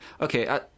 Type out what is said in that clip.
Okay